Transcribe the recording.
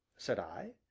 said i,